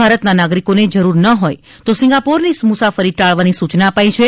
ભારતના નાગરિકોને જરૂર ન હોય તો સિંગાપોરની મુસાફરી ટાળવાની સૂચના અપાઇ છે